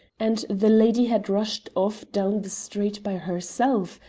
and the lady had rushed off down the street by herself,